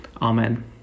Amen